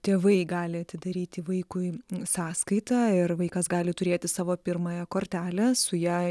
tėvai gali atidaryti vaikui sąskaitą ir vaikas gali turėti savo pirmąją kortelę su ja